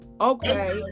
Okay